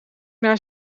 naar